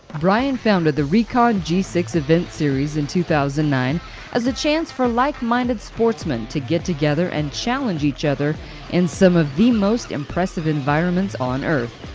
brian founded the recon g six event series in two thousand and nine as a chance for like-minded sportsmen to get together and challenge each other in some of the most impressive environments on earth.